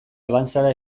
avanzada